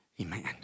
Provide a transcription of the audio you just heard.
amen